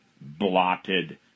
blotted